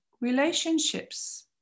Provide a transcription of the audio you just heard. relationships